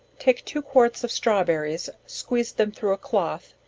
take two quarts of strawberries, squeeze them through a cloth,